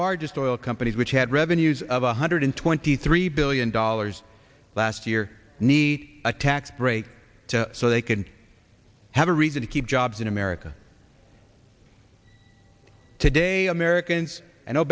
largest oil companies which had revenues of one hundred twenty three billion dollars last year need a tax break so they can have a reason to keep jobs in america today americans and